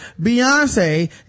beyonce